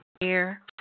air